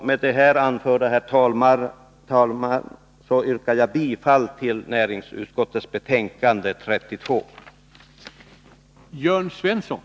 Med det anförda, herr talman, yrkar jag bifall till utskottets hemställan i betänkande nr 32.